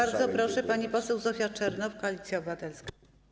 Bardzo proszę, pani poseł Zofia Czernow, Koalicja Obywatelska.